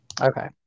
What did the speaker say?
Okay